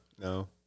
no